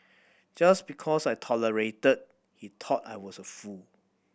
just because I tolerated he thought I was a fool